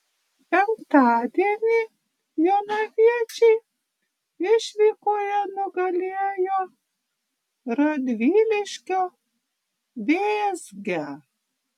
penktadienį jonaviečiai išvykoje nugalėjo radviliškio vėzgę